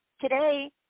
today